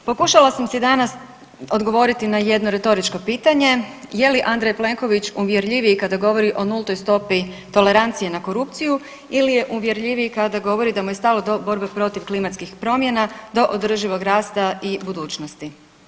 Pokušala sam si danas odgovoriti na jedno retoričko pitanje je li Andrej Plenković uvjerljiviji kada govori o nultoj stopi toleranciji na korupciju ili je uvjerljiviji kada govori da mu je stalo do borbe protiv klimatskih promjena, do održivog rasta i budućnosti.